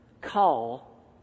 call